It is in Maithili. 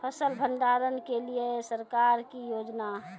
फसल भंडारण के लिए सरकार की योजना?